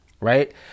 right